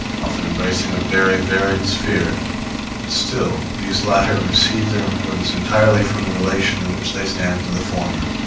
often embracing a very varied sphere but still these latter receive their importance entirely from the relation in which they stand to the former.